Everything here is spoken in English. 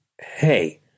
hey